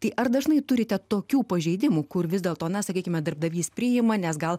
tai ar dažnai turite tokių pažeidimų kur vis dėlto na sakykime darbdavys priima nes gal